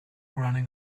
running